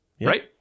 right